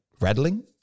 rattling